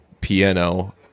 piano